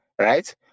Right